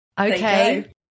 Okay